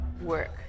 work